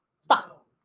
stop